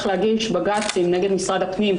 להגיש עתירות לבג"ץ נגד משרד הפנים,